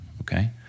okay